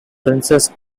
princess